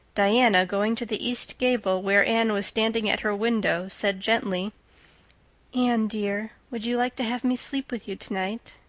diana, going to the east gable, where anne was standing at her window, said gently anne dear, would you like to have me sleep with you tonight?